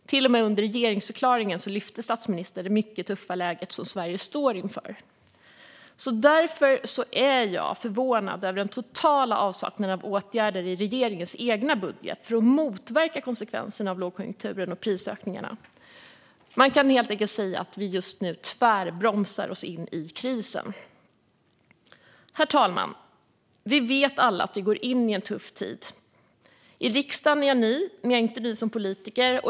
Till och med i regeringsförklaringen lyfte statsministern det mycket tuffa läge som Sverige står inför. Därför är jag förvånad över den totala avsaknaden av åtgärder i regeringens egen budget för att motverka konsekvenserna av lågkonjunkturen och prisökningarna. Man kan helt enkelt säga att vi just nu tvärbromsar oss in i krisen. Herr talman! Vi vet alla att vi går in i en tuff tid. I riksdagen är jag ny, men jag är inte ny som politiker.